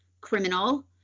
criminal